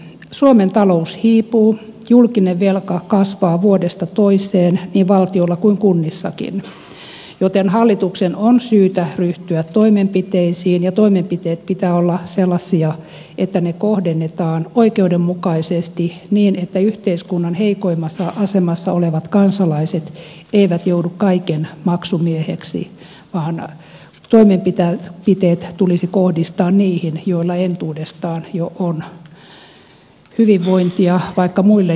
suomen talous hiipuu ja julkinen velka kasvaa vuodesta toiseen niin valtiolla kuin kunnissakin joten hallituksen on syytä ryhtyä toimenpiteisiin ja toimenpiteiden pitää olla sellaisia että ne kohdennetaan oikeudenmukaisesti niin että yhteiskunnan heikoimmassa asemassa olevat kansalaiset eivät joudu kaiken maksumiehiksi vaan toimenpiteet tulisi kohdistaa niihin joilla entuudestaan jo on hyvinvointia vaikka muille jakaa